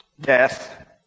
Death